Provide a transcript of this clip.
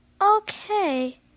Okay